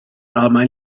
almaen